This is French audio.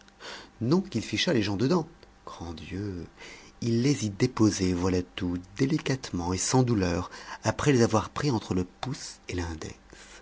non qu'il fichât les gens dedans grand dieu il les y déposait voilà tout délicatement et sans douleur après les avoir pris entre le pouce et l'index